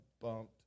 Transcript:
bumped